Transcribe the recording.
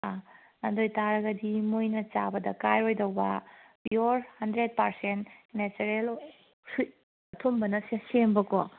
ꯑꯥ ꯑꯗꯨ ꯑꯣꯏꯇꯥꯔꯒꯗꯤ ꯃꯣꯏꯅ ꯆꯥꯕꯗ ꯀꯥꯏꯔꯣꯏꯗꯧꯕ pure hundred percent natural fruit ꯑꯊꯨꯝꯕꯅ ꯁꯦꯝꯕꯀꯣ